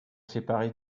séparer